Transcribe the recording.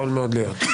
יכול מאוד להיות.